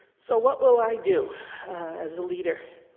so what will i do as a leader?